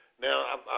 Now